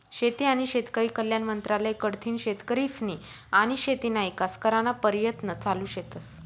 शेती आनी शेतकरी कल्याण मंत्रालय कडथीन शेतकरीस्नी आनी शेतीना ईकास कराना परयत्न चालू शेतस